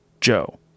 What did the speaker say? Joe